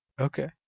Okay